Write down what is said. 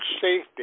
safety